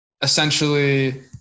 essentially